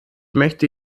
möchte